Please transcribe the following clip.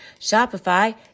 Shopify